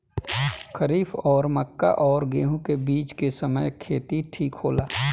खरीफ और मक्का और गेंहू के बीच के समय खेती ठीक होला?